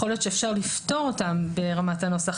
יכול להיות שאפשר לפתור אותם ברמת הנוסח,